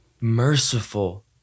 merciful